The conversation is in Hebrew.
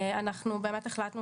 אנחנו באמת החלטנו